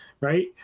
Right